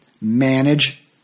manage